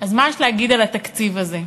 אז מה יש להגיד על התקציב הזה?